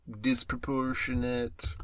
disproportionate